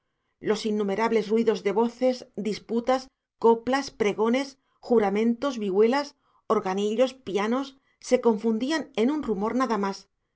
los innumerables ruidos de voces disputas coplas pregones juramentos vihuelas organillos pianos se confundían en un rumor nada más